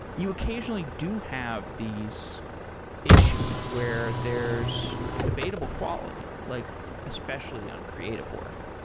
you occasionally do have these issues where there's debatable quality, like especially on creative work.